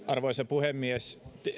arvoisa puhemies